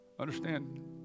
understand